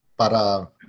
para